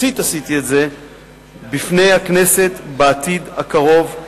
בפני הכנסת בעתיד הקרוב.